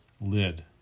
lid